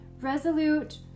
resolute